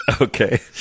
Okay